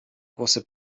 głosy